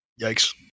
Yikes